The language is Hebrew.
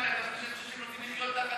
מה אתה חושב, שהם רוצים לחיות תחת